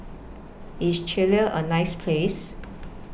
IS Chile A nice Place